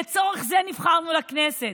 לצורך זה נבחרנו לכנסת,